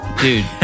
Dude